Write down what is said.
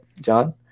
John